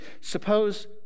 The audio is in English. Suppose